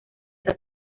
esa